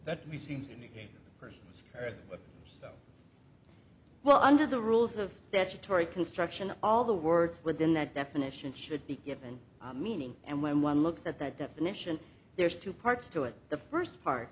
person's right well under the rules of statutory construction all the words within that definition should be given meaning and when one looks at that definition there's two parts to it the first part